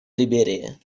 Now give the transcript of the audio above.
либерии